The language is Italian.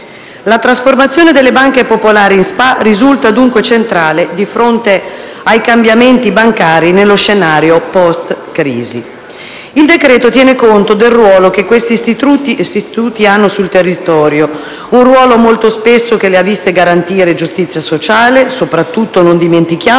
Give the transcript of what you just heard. La trasformazione delle banche popolari in società per azioni risulta, dunque, centrale di fronte ai cambiamenti bancari nello scenario *post*-crisi. Il decreto-legge tiene conto del ruolo che questi istituti hanno sul territorio, un ruolo che le ha viste molto spesso garantire giustizia sociale, soprattutto - non dimentichiamolo